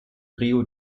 rio